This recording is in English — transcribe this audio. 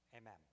Amen